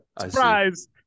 Surprise